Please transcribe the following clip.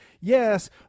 Yes